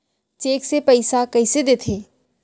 Cheque से पइसा कइसे देथे?